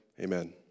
amen